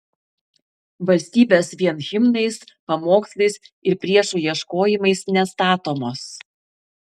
valstybės vien himnais pamokslais ir priešų ieškojimais nestatomos